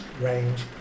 range